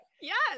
yes